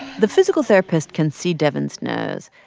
the physical therapist can see devyn's nose,